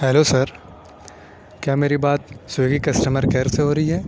hello sir کیا میری بات سویگی کسٹمر کیئر سے ہو رہی ہے